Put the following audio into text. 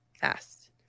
fast